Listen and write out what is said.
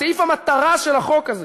סעיף המטרה של החוק הזה,